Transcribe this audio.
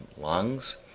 lungs